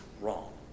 wrong